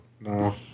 No